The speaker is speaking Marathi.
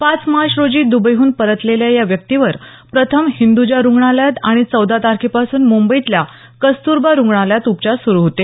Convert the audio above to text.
पाच मार्च रोजी दबईहून परतलेल्या या व्यक्तीवर प्रथम हिंदजा रुग्णालयात आणि चौदा तारखेपासून मुंबईतल्या कस्तुरबा रुग्णालयात उपचार सुरू होते